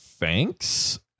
thanks